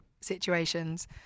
situations